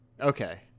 Okay